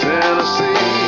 Tennessee